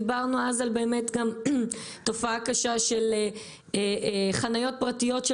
דיברנו אז על תופעה קשה של חניות פרטיות של